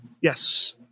Yes